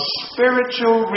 spiritual